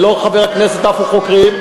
ולא חבר הכנסת עפו חוקר,